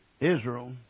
Israel